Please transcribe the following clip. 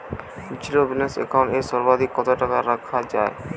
Zero balance account এ সর্বাধিক কত টাকা রাখা য়ায়?